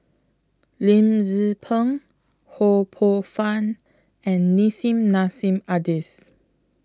Lim Tze Peng Ho Poh Fun and Nissim Nassim Adis